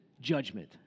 judgment